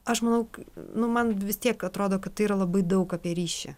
aš manau nu man vis tiek atrodo kad tai yra labai daug apie ryšį